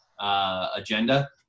agenda